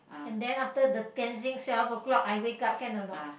and then after the cleansing twelve O-clock I wake up can or not